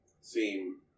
seem